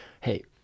hey